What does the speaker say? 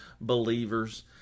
believers